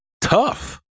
tough